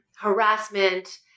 harassment